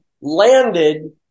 landed